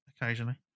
occasionally